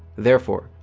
therefore,